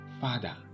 Father